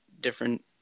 different